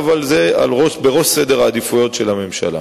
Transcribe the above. אבל זה בראש סדר העדיפויות של הממשלה.